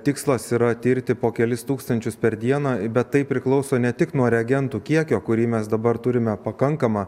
tikslas yra tirti po kelis tūkstančius per dieną bet tai priklauso ne tik nuo reagentų kiekio kurį mes dabar turime pakankamą